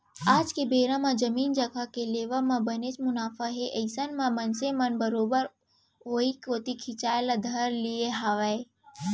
आज के बेरा म जमीन जघा के लेवब म बनेच मुनाफा हे अइसन म मनसे मन बरोबर ओइ कोइत खिंचाय ल धर लिये हावय